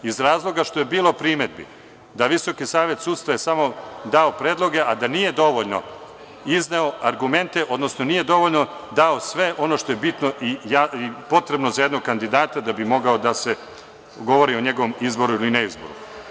Iz razloga što je bilo primedbi da Visoki savet sudstva je samo dao predloge, a da nije dovoljno izneo argumente, odnosno nije dovoljno dao sve ono što je bitno i potrebno za jednog kandidata da bi moglo da se govori o njegovom izboru ili neizboru.